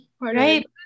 right